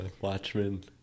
Watchmen